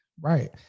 right